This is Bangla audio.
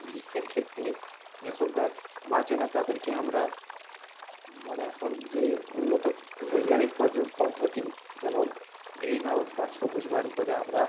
গ্রীষ্মের ক্ষেত্রে যে সব গাছ বাঁচে না তাদেরকে আমরা মানে এখন যে উন্নত বৈজ্ঞানিক পদ্ধতি যেমন গ্রীন হাউস বা সবুজ বাড়ি করে আমরা